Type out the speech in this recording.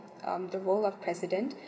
um the role of president